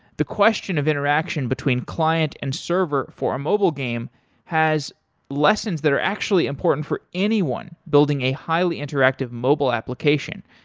the question of interaction between client and server for a mobile game has lessons that are actually important for anyone building a highly interactive mobile application.